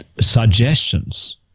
suggestions